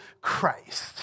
Christ